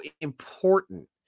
important